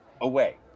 away